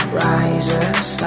rises